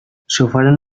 sofaren